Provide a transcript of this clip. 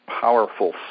powerful